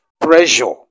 pressure